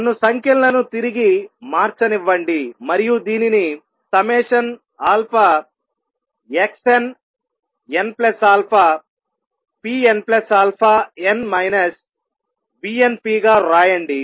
నన్ను సంఖ్యలను తిరిగి మార్చనివ్వండి మరియు దీనిని xnnαpnαn minus v n p గా రాయండి